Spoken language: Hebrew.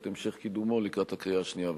המשך קידומו לקראת הקריאה השנייה והשלישית.